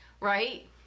right